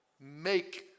Make